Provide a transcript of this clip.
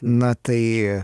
na tai